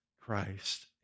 Christ